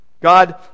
God